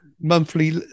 monthly